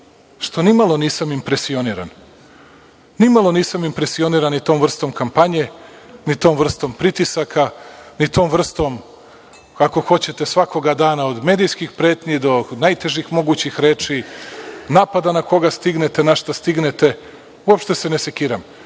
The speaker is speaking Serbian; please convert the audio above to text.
što nimalo nisam impresioniran. Nimalo nisam impresioniran ni tom vrstom kampanje, ni tom vrstom pritisaka, ni tom vrstom, ako hoćete svakoga dana od medijskih pretnji do najtežih mogućih reči, napada na koga stignete, na šta stignete, uopšte se ne sekiram. Vi